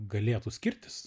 galėtų skirtis